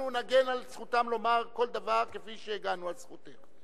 נגן על זכותם לומר כל דבר כפי שהגנו על זכותך.